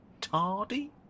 tardy